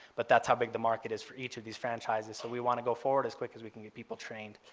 but that's how big the market is for each of these franchises. so we want to go forward as quick as we can get people trained.